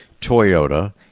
Toyota